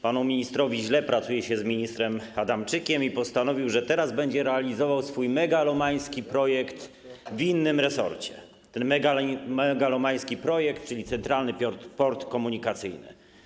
Panu ministrowi źle pracuje się z ministrem Adamczykiem i postanowił, że teraz będzie realizował swój megalomański projekt w innym resorcie, ten megalomański projekt, czyli Centralny Port Komunikacyjny.